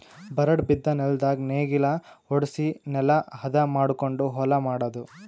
ಬರಡ್ ಬಿದ್ದ ನೆಲ್ದಾಗ ನೇಗಿಲ ಹೊಡ್ಸಿ ನೆಲಾ ಹದ ಮಾಡಕೊಂಡು ಹೊಲಾ ಮಾಡದು